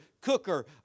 cooker